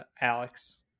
Alex